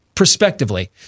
prospectively